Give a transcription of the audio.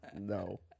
No